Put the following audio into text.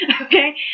okay